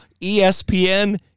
ESPN